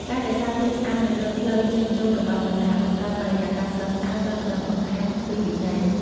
ការរក្សាភាពស្អាតនៅលើផ្លូវចេញចូលរបស់សាលា បង្កើតបរិយាកាសស្រស់ស្អាត ព្រមទាំងបង្ហាញពីវិន័យ។